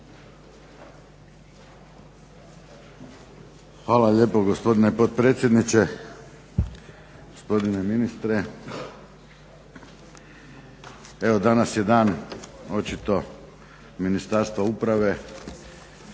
Hvala lijepo gospodine potpredsjedniče, gospodine ministre. Evo danas je dan očito Ministarstva uprave.